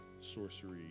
sorcery